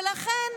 ולכן,